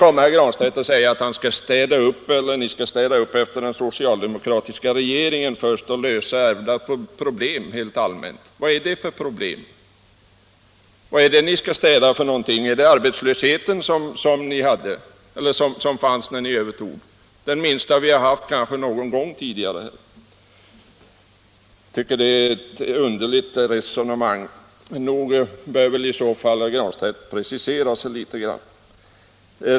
Herr Granstedt sade att de borgerliga partierna först skulle städa upp efter den socialdemokratiska regeringen och lösa ärvda problem. Vad är det för problem? Vad är det ni skall städa undan? Är det arbetslösheten som fanns när ni tog över? Den var kanske den minsta vi har haft någon gång. Jag tycker det är ett underligt resonemang. Nog bör väl herr Granstedt i alla fall precisera sig litet.